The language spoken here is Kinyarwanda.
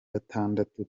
gatandatu